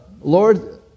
Lord